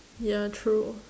ya true